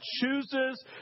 chooses